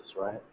right